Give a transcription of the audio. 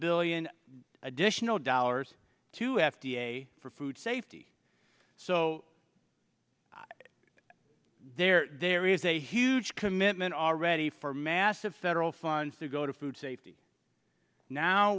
billion a day no dollars to f d a for food safety so there there is a huge commitment already for massive federal funds to go to food safety now